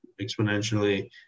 exponentially